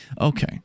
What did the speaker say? Okay